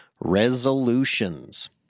resolutions